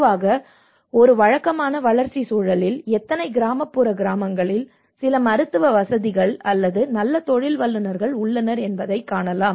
பொதுவாக ஒரு வழக்கமான வளர்ச்சி சூழலில் எத்தனை கிராமப்புற கிராமங்களில் சில மருத்துவ வசதிகள் அல்லது நல்ல தொழில் வல்லுநர்கள் உள்ளனர் என்பதைக் காணலாம்